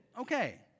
okay